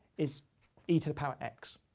is e to the power x.